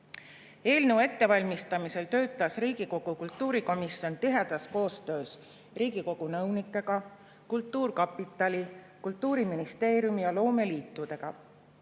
Eelnõu ettevalmistamisel töötas Riigikogu kultuurikomisjon tihedas koostöös Riigikogu nõunikega, kultuurkapitali, Kultuuriministeeriumi ja loomeliitudega.